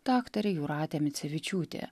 daktarė jūratė micevičiūtė